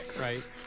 Right